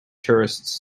tourists